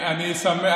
אני שמח,